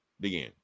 begin